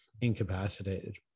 incapacitated